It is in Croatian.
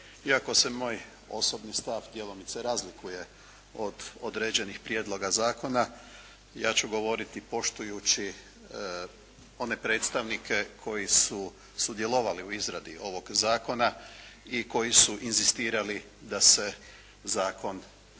Iako se moj osobni stav djelomice razlikuje od određenih prijedloga zakona ja ću govoriti poštujući one predstavnike koji su sudjelovali u izradi ovog zakona i koji su inzistirali da se zakon ovakav